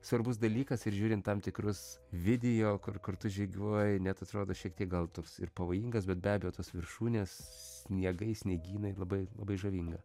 svarbus dalykas ir žiūrint tam tikrus video kur kur tu žygiuoji net atrodo šiek tiek gal toks ir pavojingas bet be abejo tos viršūnės sniegai sniegynai labai labai žavinga